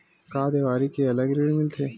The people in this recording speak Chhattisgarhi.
का देवारी के अलग ऋण मिलथे?